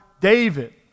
david